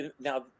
Now